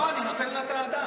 לא, אני נותן לו את הדף.